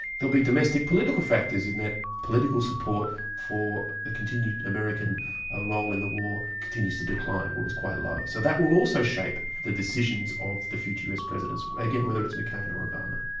there'll be domestic political factors in that political support for the continued american ah role in the war continues to decline, or is quite low. so that will also shape the decisions of the future us president, again whether it's mccain or obama.